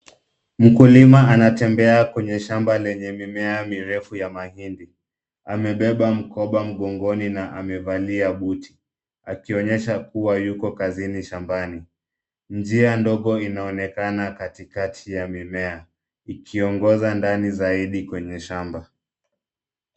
Mkulima anatembea kwenye shamba lenye mimea mirefu ya mahindi. Amebeba mkoba mgongoni na amevalia buti akionyesha kuwa yuko kazini shambani. Njia ndogo inaonekana katikati ya mimea ikiongoza ndani zaidi kwenye shamba.